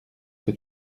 que